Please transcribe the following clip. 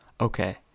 Okay